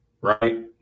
right